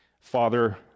Father